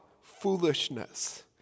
foolishness